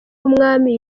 w’umwami